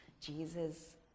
Jesus